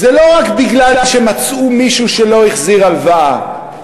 זה לא רק בגלל שמצאו מישהו שלא החזיר הלוואה.